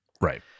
right